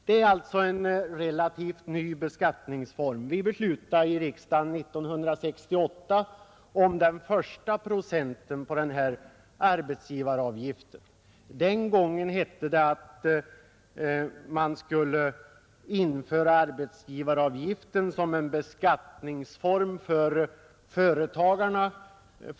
Det gäller alltså en relativt ny beskattningsform. När vi i riksdagen år 1968 beslutade om den första procenten i arbetsgivaravgift, hette det att man skulle införa arbetsgivaravgiften som en beskattningsform för företagarna.